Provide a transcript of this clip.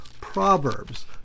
Proverbs